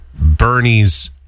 Bernie's